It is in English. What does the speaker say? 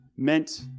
meant